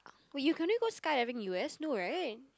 will you can only go skydiving U_S no right